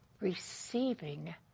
receiving